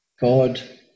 God